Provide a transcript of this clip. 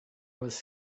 was